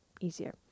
easier